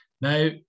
Now